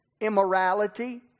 immorality